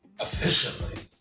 efficiently